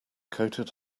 coated